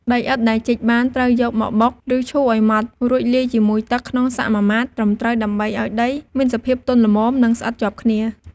ដីឥដ្ឋដែលជីកបាន ត្រូវយកមកបុក ឬឈូសឱ្យម៉ដ្ឋ រួចលាយជាមួយទឹកក្នុងសមាមាត្រត្រឹមត្រូវ ដើម្បីឱ្យដីមានសភាពទន់ល្មម និងស្អិតជាប់គ្នា។